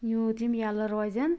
یوٗت یِم ییٚلہٕ روزیٚن